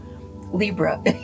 Libra